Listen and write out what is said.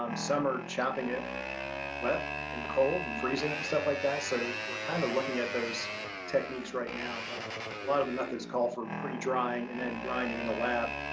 um some are chopping it wet and cold and freezing it and stuff like that. so we're kind of looking at those techniques right now. but a lot of the methods call for pre-drying and then grinding in a lab,